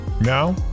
Now